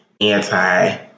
anti-